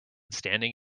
standing